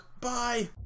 Bye